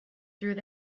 through